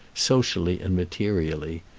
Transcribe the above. socially and materially.